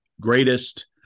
greatest